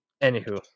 Anywho